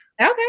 Okay